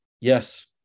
Yes